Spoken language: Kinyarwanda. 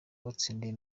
watsindiye